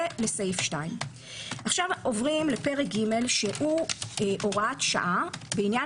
זה סעיף 2. עכשיו עוברים לפרק ג' שהוא הוראת שעה בעניין